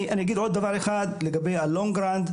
אני אגיד עוד דבר אחד לגבי ה- long run.